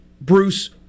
Bruce